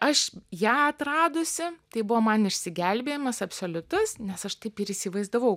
aš ją atradusi tai buvo man išsigelbėjimas absoliutus nes aš taip ir įsivaizdavau